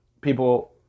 people